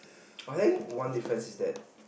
I think one difference is that